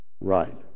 Right